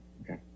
okay